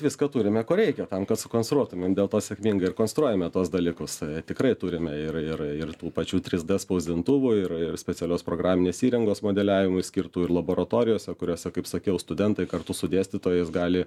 viską turime ko reikia tam kad sukonstruotumėm dėl to sėkmingai ir konstruojame tuos dalykus tikrai turime ir ir ir tų pačių trys d spausdintuvų ir ir specialios programinės įrangos modeliavimui skirtų ir laboratorijose kuriose kaip sakiau studentai kartu su dėstytojais gali